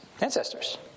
Ancestors